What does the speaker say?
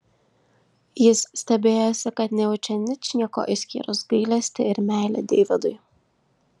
jis stebėjosi kad nejaučia ničnieko išskyrus gailestį ir meilę deividui